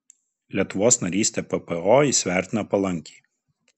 lietuvos narystę ppo jis vertina palankiai